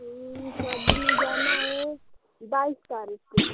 शादी में जाना है बाईस तारिख को